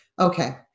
Okay